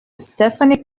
stephanie